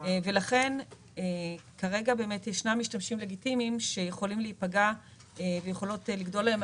כרגע ישנם משתמשים לגיטימיים שיכולים להיפגע ויכולות לגדול להם